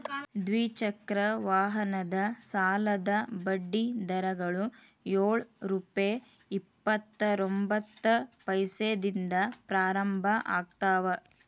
ದ್ವಿಚಕ್ರ ವಾಹನದ ಸಾಲದ ಬಡ್ಡಿ ದರಗಳು ಯೊಳ್ ರುಪೆ ಇಪ್ಪತ್ತರೊಬಂತ್ತ ಪೈಸೆದಿಂದ ಪ್ರಾರಂಭ ಆಗ್ತಾವ